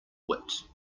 wit